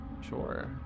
sure